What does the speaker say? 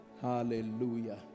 Hallelujah